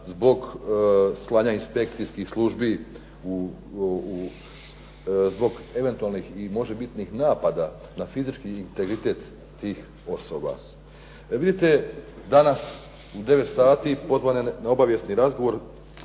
zbog slanja inspekcijskih službi, zbog eventualnih i možebitnih napada na fizički integritet tih osoba. Vidite danas u 9 sati pozvan je na obavijesni razgovor